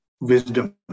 wisdom